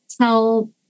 tell